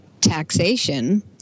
taxation